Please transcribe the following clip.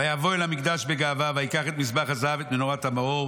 ויבוא אל המקדש בגאווה וייקח את מזבח הזהב ואת מנורת המאור"